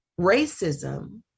racism